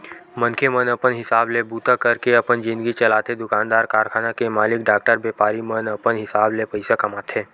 मनखे मन अपन हिसाब ले बूता करके अपन जिनगी चलाथे दुकानदार, कारखाना के मालिक, डॉक्टर, बेपारी मन अपन हिसाब ले पइसा कमाथे